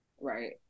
right